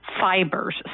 fibers